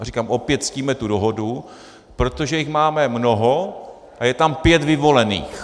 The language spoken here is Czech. Říkám, opět ctíme tu dohodu, protože jich máme mnoho a je tam pět vyvolených.